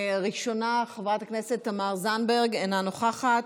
ראשונה, חברת הכנסת תמר זנדברג, אינה נוכחת.